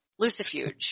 Lucifuge